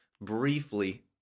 Briefly